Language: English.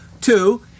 Two